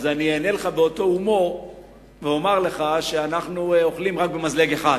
אני אענה באותו הומור ואומר שאנחנו אוכלים רק במזלג אחד,